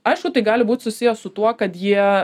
aišku tai gali būt susiję su tuo kad jie